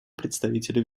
представителю